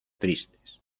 tristes